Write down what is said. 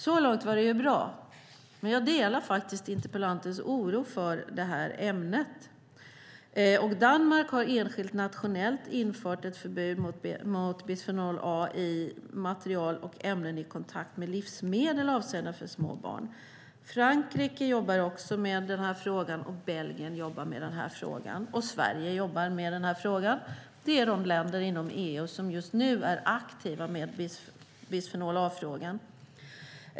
Så långt var det bra, men jag delar faktiskt interpellantens oro i ämnet. Danmark har enskilt nationellt infört ett förbud mot bisfenol A i material och ämnen i kontakt med livsmedel avsedda för små barn. Frankrike jobbar också med frågan, liksom Belgien och Sverige. Det är de länder inom EU som just nu är aktiva när det gäller bisfenol A-frågan.